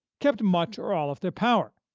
kept much or all of their power.